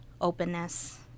openness